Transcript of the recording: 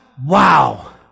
Wow